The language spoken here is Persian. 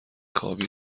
خوابی